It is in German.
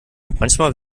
manchmal